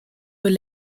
were